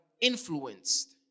Influenced